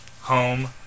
home